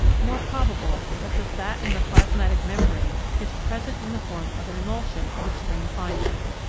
more probable that the fat in the plasmatic membrane is present in the form of an emulsion of extreme fineness.